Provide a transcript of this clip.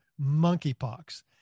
monkeypox